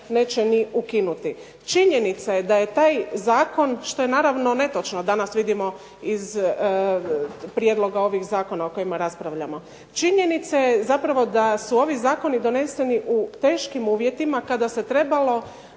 neće ni ukinuti. Činjenica je da je taj zakon, što je naravno netočno, danas vidimo iz prijedloga ovih zakona o kojima raspravljamo, činjenica je zapravo da su ovi zakoni doneseni u teškim uvjetima kada se trebalo